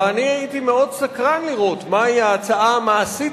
ואני הייתי מאוד סקרן לראות מהי ההצעה המעשית